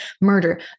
Murder